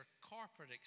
corporate